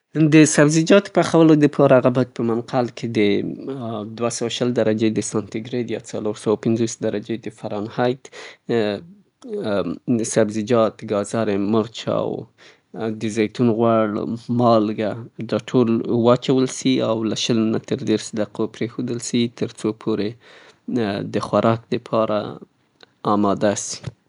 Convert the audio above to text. سبزیجات پخولو د پاره باید خپله منقل له دوه سوه او شل درجې د ساتني ګرید تودوخې باندې او یا هم څلور سوه او پنځه ویشته د فرانهایت د زیتون غوړ ورته اضافه سي. مالګه ، مرچ او مربوطه مثالې. بیا وروسته د هغه نه شلو نه تر دریشو دقیقو پورې پریښودل سي ، سر یې وپوښل سي تر څو اماده سي.